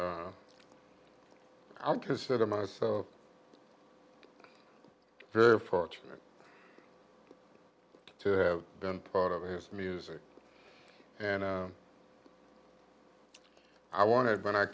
i consider myself very fortunate to have been part of his music and i wanted but i